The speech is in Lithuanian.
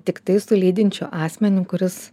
tiktai su lydinčiu asmeniu kuris